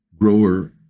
Grower